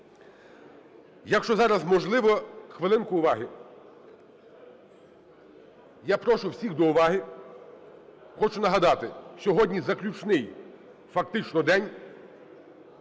Якщо зараз можливо, хвилинку уваги. Я прошу всіх до уваги. Хочу нагадати: сьогодні заключний, фактично, день